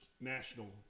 national